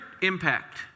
impact